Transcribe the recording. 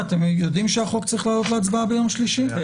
אתם יודעים שהחוק צריך לעלות להצבעה ביום שלישי?